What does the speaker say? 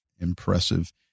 impressive